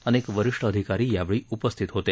अनेक वरिष्ठ अधिकारी यावेळी उपस्थित होते